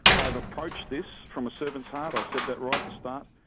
i've approached this from a servant's heart, i said that right at the start.